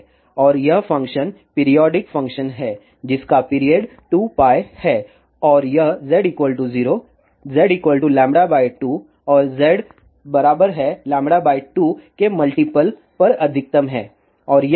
और यह function periodic function है जिसका पीरियड 2π है और यह z 0 z λ2 और z बराबर है λ 2 के मल्टीपल पर अधिकतम है